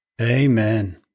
Amen